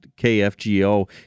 KFGO